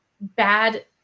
bad